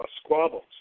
squabbles